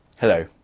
Hello